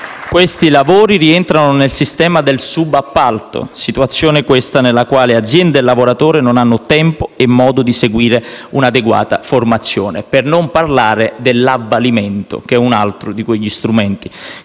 questi lavori rientrano nel sistema del subappalto, situazione, questa, nella quale azienda e lavoratore non hanno tempo e modo di seguire un'adeguata formazione. Per non parlare dell'avvalimento, che è un altro di quegli strumenti